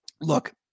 look